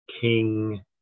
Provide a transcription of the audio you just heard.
King